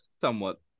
somewhat